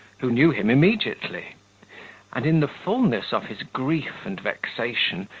who knew him immediately and, in the fulness of his grief and vexation,